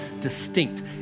distinct